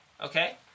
Okay